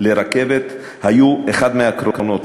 לרכבת: הם היו אחד הקרונות,